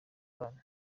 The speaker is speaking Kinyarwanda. abana